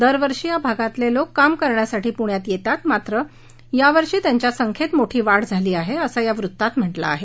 दरवर्षी या भागातले लोक काम करण्यासाठी पृण्यात येतात मात्र यावर्षी त्यांच्या संख्येत मोठीवाढ झाली आहे असं या वृत्तात म्हटलं आहे